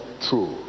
true